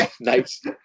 nice